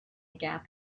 gap